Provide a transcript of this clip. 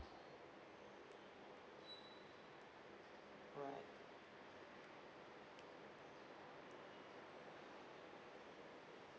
right